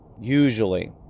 usually